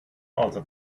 also